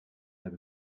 heb